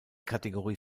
kategorie